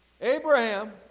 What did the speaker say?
Abraham